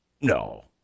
No